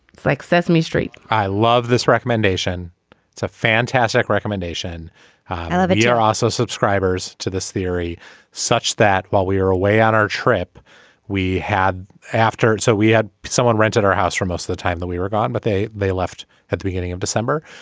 like sesame street i love this recommendation it's a fantastic recommendation i love it you're also subscribers to this theory such that while we are away on our trip we had after it so we had someone rented our house from us at the time that we were gone but they they left at the beginning of december.